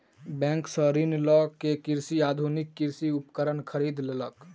bank सॅ ऋण लय के कृषक आधुनिक कृषि उपकरण खरीद लेलक